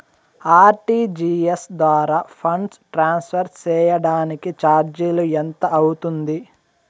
RTGS ద్వారా funds transfer సేయడానికి చార్జీలు ఎంత అవుతుంది